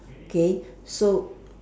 okay so